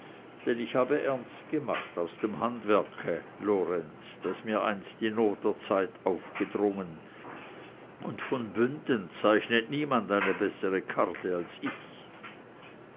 denn ich habe ernst gemacht aus dem handwerke lorenz das mir einst die not der zeit aufgedrungen und von bünden zeichnet niemand eine bessere karte als ich